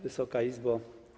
Wysoka Izbo!